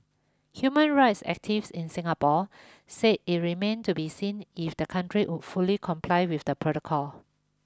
human rights activists in Singapore say it remained to be seen if the country would fully comply with the protocol